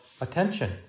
attention